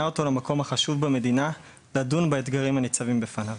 אותו למקום החשוב במדינה לדון באתגרים הניצבים בפניו.